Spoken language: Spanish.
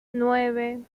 nueve